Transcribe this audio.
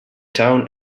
town